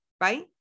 Right